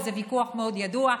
וזה ויכוח מאוד ידוע.